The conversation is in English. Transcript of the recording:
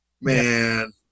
Man